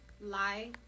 lie